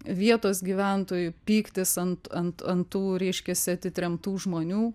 vietos gyventojų pyktis ant ant ant reiškiasi atitremtų žmonių